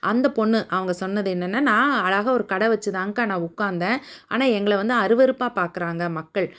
அந்த பொண்ணு அவங்க சொன்னது என்னென்னா நான் அழகாக ஒரு கடை வெச்சு தான் அக்கா நான் உட்காந்தேன் ஆனால் எங்களை வந்து அருவருப்பாக பார்க்கறாங்க மக்கள்